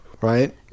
right